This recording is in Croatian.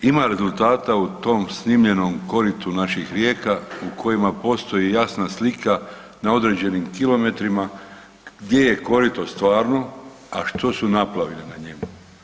Ima rezultata u tom snimljenom koritu naših rijeka u kojima postoji jasna slika na određenim kilometrima gdje je korito stvarno, a što su naplavine na njima.